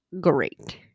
great